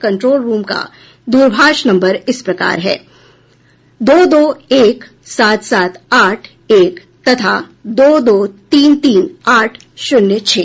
control room का दूरभाष number इस प्रकार है दो दो एक सात सात आठ एक तथा दो दो तीन तीन आठ शून्य छह